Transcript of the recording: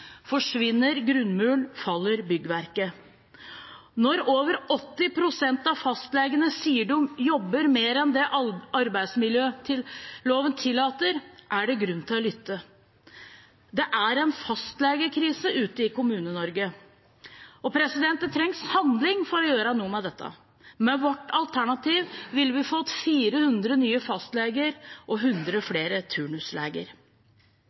Forsvinner grunnmuren, faller byggverket. Når over 80 pst. av fastlegene sier de jobber mer enn det arbeidsmiljøloven tillater, er det grunn til å lytte. Det er en fastlegekrise ute i Kommune-Norge. Det trengs handling for å gjøre noe med dette. Med vårt alternativ ville vi fått 400 nye fastleger og 100 flere turnusleger.